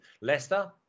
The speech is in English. Leicester